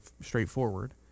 straightforward